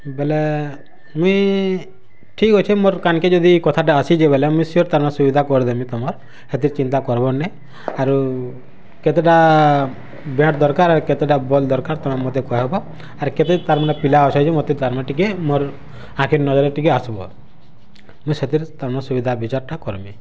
ବେଲେ ମୁଇଁ ଠିକ୍ ଅଛେ ମୋର୍ କାନ୍ କେ ଯଦି କଥା ଟା ଆସିଛି ବେଲେ ମୁଇଁ ସିଓର୍ ତାଙ୍କର୍ ସୁବିଧା କର ଦେମି ତମର୍ ହେତିର୍ ଚିନ୍ତା କରବର୍ ନାଇଁ ଆରୁ କେତେଟା ବ୍ୟାଟ୍ ଦରକାର୍ ଆଉ କେତେଟା ବଲ୍ ଦରକାର୍ ତମେ ମୋତେ କହେବ ଆର୍ କେତେ ତାର୍ ମାନେ ପିଲା ଅଛ ଯେ ମୋତେ ତାର୍ ଟିକେ ମୋର୍ ଆଖିର୍ ନଜର୍ ଟିକେ ଆସିବ ମୁଇଁ ସେଥିର୍ ତମର୍ ସୁବିଧା ବିଚାର୍ ଟା କରମି